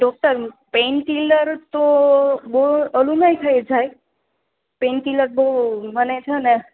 doctor painkiller તો બઉ ઓલું નઈ થઈ જાયે પેનકીલર બઉ મને છે ને